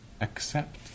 accept